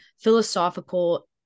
philosophical